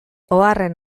oharren